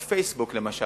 ב"פייסבוק", למשל.